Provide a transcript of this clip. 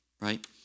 right